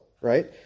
right